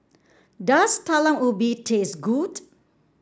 does Talam Ubi taste good